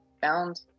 found